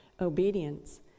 Obedience